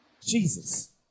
Jesus